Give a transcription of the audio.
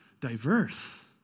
diverse